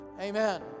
Amen